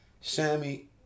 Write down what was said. Sammy